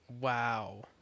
Wow